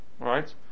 right